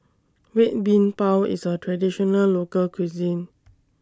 Red Bean Bao IS A Traditional Local Cuisine